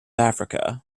africa